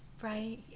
right